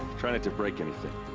try not to break anything.